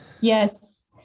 Yes